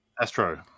Astro